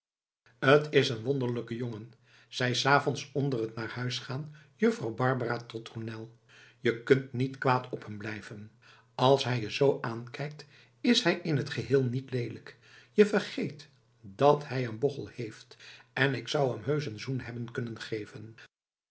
t is een wonderlijke jongen zei s avonds onder het naar huis gaan juffrouw barbara tot tournel je kunt niet kwaad op hem blijven als hij je zoo aankijkt is hij in t geheel niet leelijk je vergeet dat hij een bochel heeft en ik zou hem heusch een zoen hebben kunnen geven